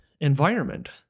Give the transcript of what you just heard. environment